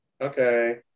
okay